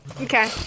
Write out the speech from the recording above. Okay